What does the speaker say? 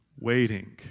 Waiting